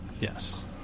Yes